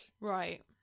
Right